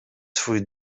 swój